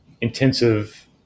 intensive